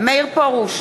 מאיר פרוש,